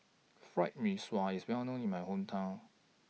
Fried Mee Sua IS Well known in My Hometown